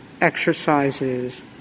exercises